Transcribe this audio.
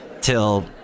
till